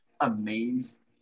amazed